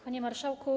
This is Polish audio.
Panie Marszałku!